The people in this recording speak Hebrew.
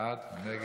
בעד או נגד.